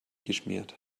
geschmiert